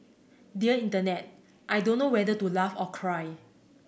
dear Internet I don't know whether to laugh or cry